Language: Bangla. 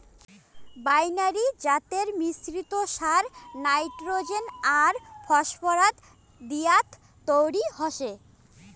বাইনারি জাতের মিশ্রিত সার নাইট্রোজেন আর ফসফরাস দিয়াত তৈরি হসে